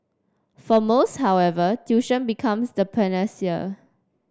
for most however tuition becomes the panacea